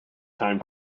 time